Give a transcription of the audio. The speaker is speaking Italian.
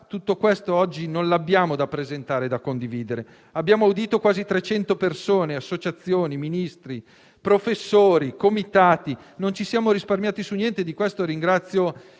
Oggi non abbiamo da presentare e da condividere tutto questo. Abbiamo audito quasi 300 persone, associazioni, Ministri, professori, comitati. Non ci siamo risparmiati su niente e di questo ringrazio